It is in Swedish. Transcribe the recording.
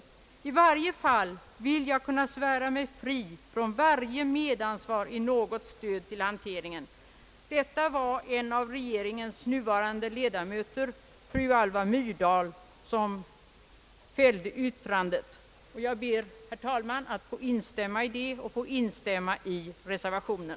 I varje fall vill jag kunna svära mig fri från varje medansvar i något stöd till en hantering som går ut på att slå fördärvad den mänskliga hjärnan mer eller mindre permanent.» Det var en av regeringens nuvarande ledamöter, fru Alva Myrdal, som fällde detta yttrande. Jag ber, herr talman, att få instämma i hennes yttrande och i den nu föreliggande reservationen.